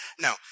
No